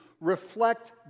reflect